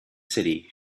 city